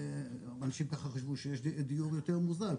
אנשים חשבו שיש דיור יותר מוזל,